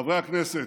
חברי הכנסת,